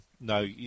no